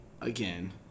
again